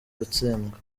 gutsindwa